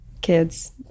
Kids